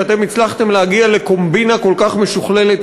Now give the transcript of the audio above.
שאתם הצלחתם להגיע בה לקומבינה כל כך משוכללת